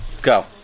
Go